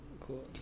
Cool